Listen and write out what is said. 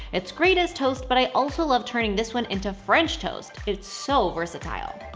it's great as toast but i also love turning this one into french toast, it's so versatile.